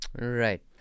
right